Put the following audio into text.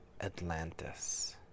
Atlantis